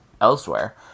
elsewhere